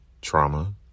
trauma